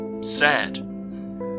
sad